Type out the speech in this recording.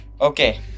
Okay